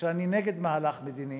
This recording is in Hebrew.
שאני נגד מהלך מדיני,